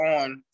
on